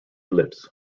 lips